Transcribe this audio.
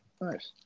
nice